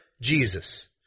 Jesus